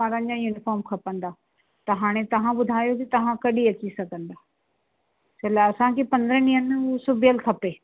ॿारनि जा यूनिफ़ॉम खपंदा त हाणे तव्हां ॿुधायो तव्हां कॾहिं अची सघंदा छो लाइ असांखे पंद्रहनि ॾींहंनि में हू सिबियल खपे